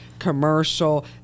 commercial